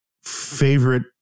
favorite